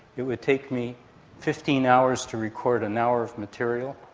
it would take me fifteen hours to record an hour of material,